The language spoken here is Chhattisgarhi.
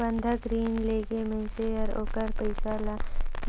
बंधक रीन लेके मइनसे हर ओखर पइसा ल